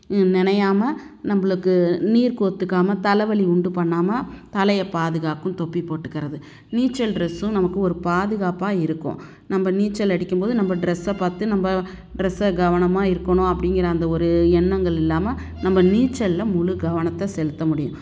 நனையாம நம்பளுக்கு நீர் கோர்த்துக்காம தலைவலி உண்டு பண்ணாமல் தலையை பாதுகாக்கும் தொப்பி போட்டுக்கறது நீச்சல் ட்ரெஸ்ஸும் நமக்கு ஒரு பாதுகாப்பாக இருக்கும் நம்ப நீச்சல் அடிக்கும் போது நம்ப ட்ரெஸ்ஸை பார்த்து நம்ப ட்ரெஸ்ஸை கவனமாக இருக்கணும் அப்படிங்கிற அந்த ஒரு எண்ணங்கள் இல்லாமல் நம்ப நீச்சலில் முழு கவனத்தை செலுத்த முடியும்